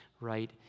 right